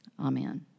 Amen